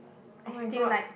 oh-my-god